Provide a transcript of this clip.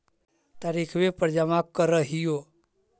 तरिखवे पर जमा करहिओ?